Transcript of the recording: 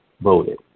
voted